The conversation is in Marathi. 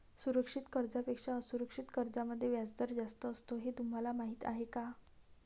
सुरक्षित कर्जांपेक्षा असुरक्षित कर्जांमध्ये व्याजदर जास्त असतो हे तुम्हाला माहीत आहे का?